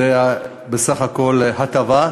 זה בסך הכול הטבה.